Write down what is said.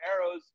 arrows